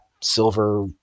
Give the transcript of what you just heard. silver